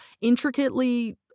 intricately